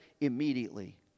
immediately